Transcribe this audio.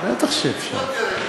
בטח שאפשר.